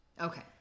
Okay